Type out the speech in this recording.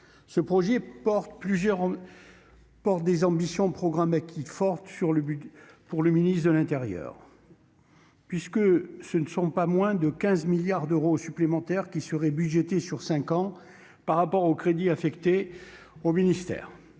Ce projet porte des ambitions programmatiques fortes pour le budget du ministère de l'intérieur, puisque ce ne sont pas moins de 15 milliards d'euros supplémentaires qui seraient budgétés sur cinq ans par rapport aux crédits affectés au ministère